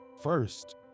First